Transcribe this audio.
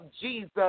Jesus